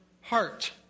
heart